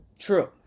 true